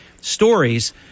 stories